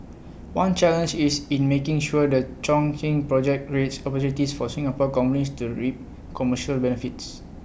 one challenge is in making sure the Chongqing project creates opportunities for Singapore companies to reap commercial benefits